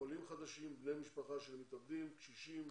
עולים חדשים, בני משפחה של מתאבדים, קשישים,